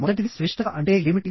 మొదటిది శ్రేష్ఠత అంటే ఏమిటి